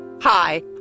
Hi